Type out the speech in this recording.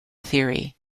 theory